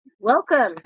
welcome